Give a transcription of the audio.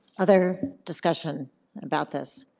other discussion about this?